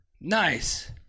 Nice